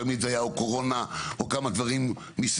תמיד זה היה או קורונה או כמה דברים מסביב,